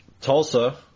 Tulsa